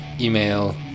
email